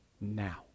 now